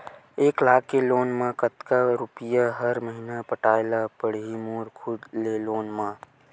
एक लाख के लोन मा कतका रुपिया हर महीना पटाय ला पढ़ही मोर खुद ले लोन मा?